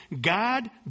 God